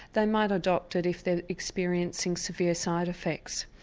they might adopt it if they're experiencing severe side effects.